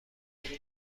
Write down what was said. خیلی